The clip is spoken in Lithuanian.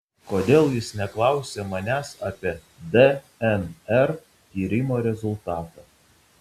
kodėl jis neklausia manęs apie dnr tyrimo rezultatą